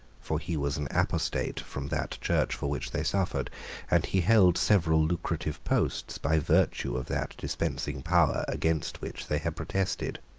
for he was an apostate from that church for which they suffered and he held several lucrative posts by virtue of that dispensing power against which they had protested.